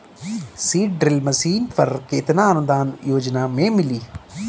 Seed drill machine पर केतना अनुदान योजना में मिली?